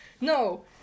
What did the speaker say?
No